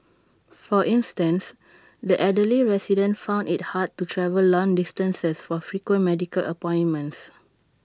for instance the elderly residents found IT hard to travel long distances for frequent medical appointments